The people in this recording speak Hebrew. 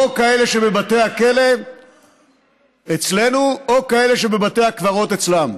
או אלה שבבתי הכלא אצלנו או כאלה שבבתי הקברות אצלם.